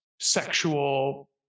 sexual